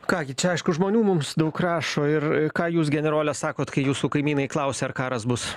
ką gi čia aišku žmonių mums daug rašo ir ką jūs generole sakot kai jūsų kaimynai klausia ar karas bus